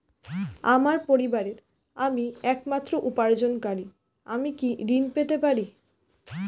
আমার পরিবারের আমি একমাত্র উপার্জনকারী আমি কি ঋণ পেতে পারি?